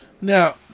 Now